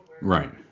Right